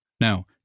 Now